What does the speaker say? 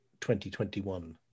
2021